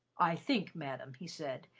i think, madam, he said,